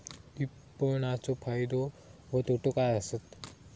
विपणाचो फायदो व तोटो काय आसत?